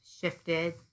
shifted